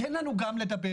תן לנו גם לדבר,